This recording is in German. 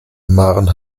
maren